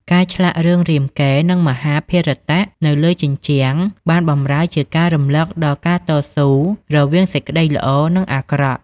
ការឆ្លាក់រឿងរាមកេរ្តិ៍ និងមហាភារតៈនៅលើជញ្ជាំងបានបម្រើជាការរំលឹកដល់ការតស៊ូរវាងសេចក្តីល្អ និងអាក្រក់។